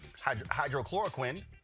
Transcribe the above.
hydrochloroquine